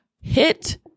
hit